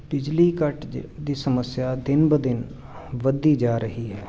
ਬਿਜਲੀ ਕੱਟ ਦ ਦੀ ਸਮੱਸਿਆ ਦਿਨ ਬ ਦਿਨ ਵਧਦੀ ਜਾ ਰਹੀ ਹੈ